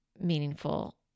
meaningful